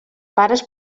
pares